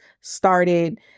started